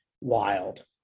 wild